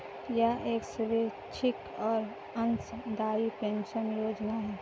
यह एक स्वैच्छिक और अंशदायी पेंशन योजना है